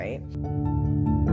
right